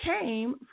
came